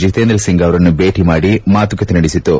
ಜಿತೇಂದ್ರ ಸಿಂಗ್ ಅವರನ್ನು ಭೇಟಿ ಮಾಡಿ ಮಾತುಕತೆ ನಡೆಸಿತು